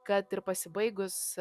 kad ir pasibaigus